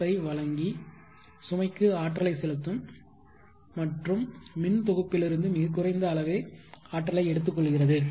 F I வழங்கி சுமைக்கு ஆற்றலை செலுத்தும் மற்றும் மின் தொகுப்பிலிருந்து மிகக் குறைந்த அளவே ஆற்றலை எடுத்துக் கொள்கிறது